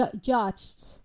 judged